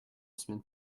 semaine